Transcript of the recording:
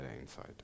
inside